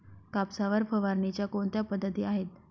कापसावर फवारणीच्या कोणत्या पद्धती आहेत?